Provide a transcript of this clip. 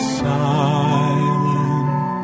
silent